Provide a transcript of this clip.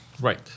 Right